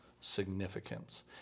significance